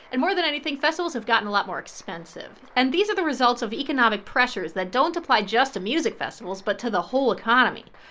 and more than anything, festivals have gotten a lot more expensive. and these are the results of economic pressures that don't apply just to music festivals but to the whole economy.